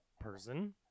person